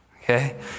Okay